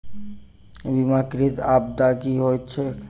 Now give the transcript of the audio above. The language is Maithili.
बीमाकृत आपदा की होइत छैक?